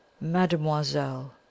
Mademoiselle